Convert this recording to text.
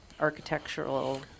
architectural